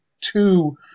two –